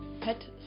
Pet